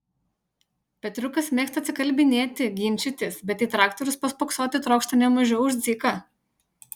petriukas mėgsta atsikalbinėti ginčytis bet į traktorius paspoksoti trokšta ne mažiau už dziką